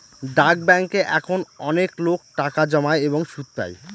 ডাক ব্যাঙ্কে এখন অনেকলোক টাকা জমায় এবং সুদ পাই